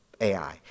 ai